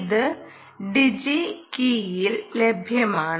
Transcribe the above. ഇത് ഡിജി കീയിൽ ലഭ്യമാണ്